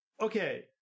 Okay